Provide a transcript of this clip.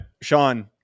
Sean